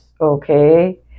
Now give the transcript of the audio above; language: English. Okay